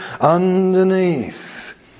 underneath